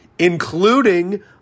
including